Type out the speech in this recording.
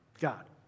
God